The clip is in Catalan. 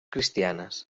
cristianes